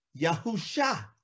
Yahusha